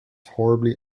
horribly